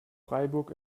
freiburg